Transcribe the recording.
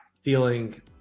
feeling